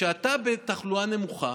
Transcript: כשאתה בתחלואה נמוכה,